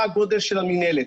מה הגודל של המינהלת,